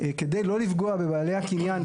כדי לא לפגוע בבעלי הקניין.